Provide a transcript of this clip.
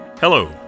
Hello